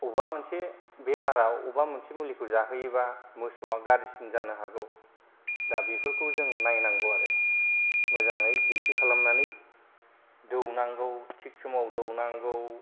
बबेबा मोनसे बेमाराव बबेबा मोनसे मुलिखौ जाहोयोब्ला मोसौआ गाज्रिसिन जानो हागौ दा बेफोरखौ जों नायनांगौ आरो मोजाङै डिउथि खालामनानै दौनांगौ थिग समाव दौनांगौ